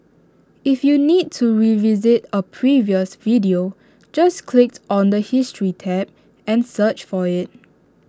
if you need to revisit A previous video just click on the history tab and search for IT